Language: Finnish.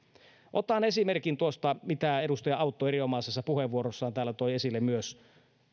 otan esimerkin tuosta minkä myös edustaja autto erinomaisessa puheenvuorossaan täällä toi esille